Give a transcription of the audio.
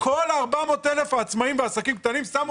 כל 400,000 העצמאים בעסקים קטנים שמו